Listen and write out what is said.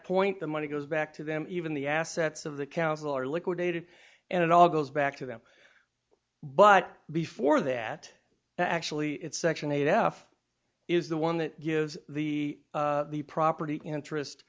point the money goes back to them even the assets of the council are liquidated and it all goes back to them but before that actually it's section eight out is the one that gives the property interest